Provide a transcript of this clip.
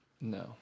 No